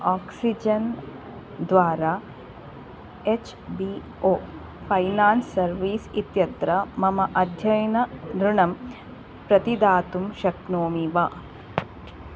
oxygen द्वारा H B O finance services इत्यत्र मम अध्ययन ऋणम् प्रतिदातुं शक्नोमि वा